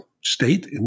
state